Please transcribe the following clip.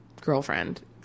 girlfriend